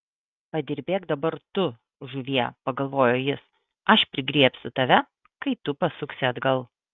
padirbėk dabar tu žuvie pagalvojo jis aš prigriebsiu tave kai tu pasuksi atgal